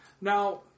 Now